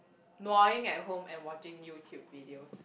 nuaing at home and watching YouTube videos